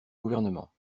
gouvernement